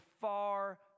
far